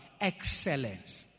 Excellence